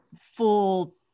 full